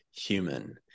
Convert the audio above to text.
human